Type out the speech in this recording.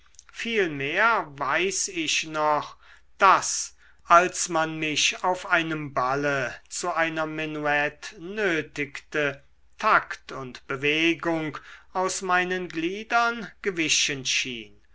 vielmehr weiß ich noch daß als man mich auf einem balle zu einer menuett nötigte takt und bewegung aus meinen gliedern gewichen schien